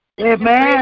Amen